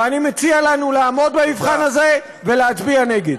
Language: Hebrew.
ואני מציע לנו לעמוד במבחן הזה ולהצביע נגד.